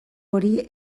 hori